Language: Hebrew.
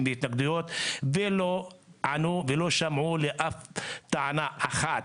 האם זה משפיע על יישוב אחר?